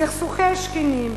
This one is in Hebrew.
סכסוכי השכנים,